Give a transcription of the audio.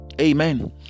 Amen